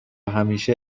همیشه